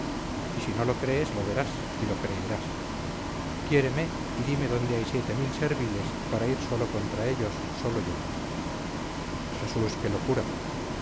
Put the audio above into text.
y si no lo crees lo verás y lo creerás quiéreme y dime dónde hay siete mil serviles para ir solo contra ellos solo yo jesús qué locura